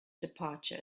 departure